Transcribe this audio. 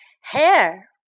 hair